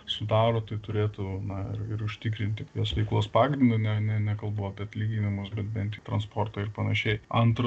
sudaro tai turėtų na ir ir užtikrinti jos veiklos pagrindą ne nekalbu apie atlyginimus bet bent į transportą ir panašiai antra